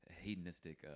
hedonistic